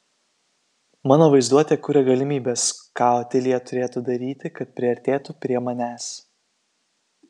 mano vaizduotė kuria galimybes ką otilija turėtų daryti kad priartėtų prie manęs